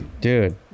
Dude